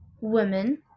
women